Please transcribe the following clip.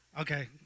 okay